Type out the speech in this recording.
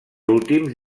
últims